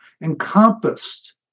encompassed